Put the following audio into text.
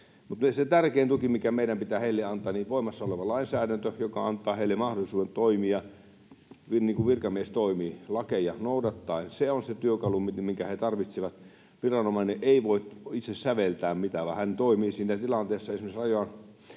se tärkein tuki, mikä meidän pitää heille antaa, on voimassa oleva lainsäädäntö, joka antaa heille mahdollisuuden toimia niin kuin virkamies toimii, lakeja noudattaen — se on se työkalu, minkä he tarvitsevat. Viranomainen ei voi itse säveltää mitään, vaan kun hän toimii siinä tilanteessa esimerkiksi